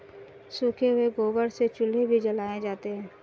सूखे हुए गोबर से चूल्हे भी जलाए जाते हैं